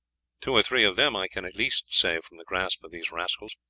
two or three of them i can at least save from the grasp of these rascals,